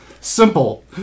Simple